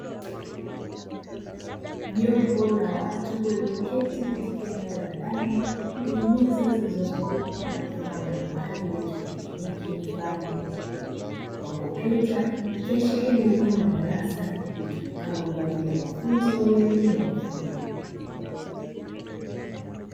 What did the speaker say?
Jopo la watu walioketi katika eneo la ndani lenye meza zilizozungukwa na vifaa mbalimbali vya kieletroniki mfano kompyuta, ikiashiria ni eneo la darasa litumiwalo kwa ajili ya mafunzo ya elimu ya ufundi.